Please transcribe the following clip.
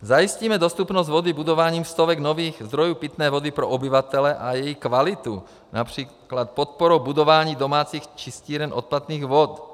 Zajistíme dostupnost vody budováním stovek nových zdrojů pitné vody pro obyvatele a její kvalitu, např. podporou budování domácích čistíren odpadních vod.